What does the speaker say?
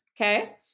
Okay